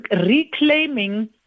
reclaiming